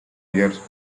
years